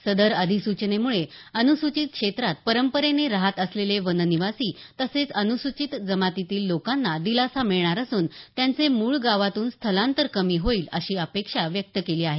सदर अधिसूचनेमुळे अनुसूचित क्षेत्रात परंपरेने राहत असलेले वननिवासी तसेच अनुसूचित जमातीतील लोकांना दिलासा मिळणार असून त्यांचे मूळ गावातून स्थलांतर कमी हाईल अशी अपेक्षा व्यक्त केली आहे